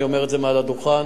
אני אומר מעל הדוכן: